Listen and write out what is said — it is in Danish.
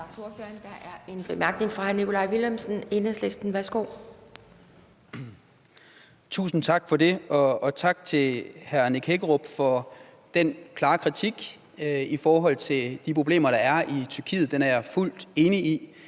Der er en kort bemærkning fra hr. Nikolaj Villumsen, Enhedslisten. Værsgo. Kl. 13:22 Nikolaj Villumsen (EL): Tusind tak for det. Og tak til hr. Nick Hækkerup for den klare kritik i forhold til de problemer, der er i Tyrkiet. Den er jeg fuldt ud enig i,